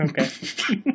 Okay